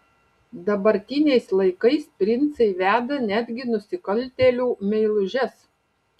dabartiniais laikais princai veda netgi nusikaltėlių meilužes